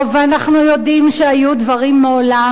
ואנחנו יודעים שהיו דברים מעולם,